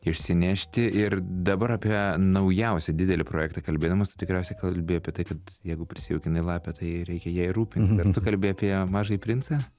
išsinešti ir dabar apie naujausią didelį projektą kalbėdamas tu tikriausiai kalbi apie tai kad jeigu prisijaukinai lapę tai reikia ja ir rūpintis ar tu kalbi apie mažąjį princą